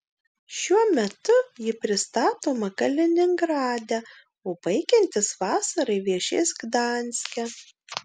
šiuo metu ji pristatoma kaliningrade o baigiantis vasarai viešės gdanske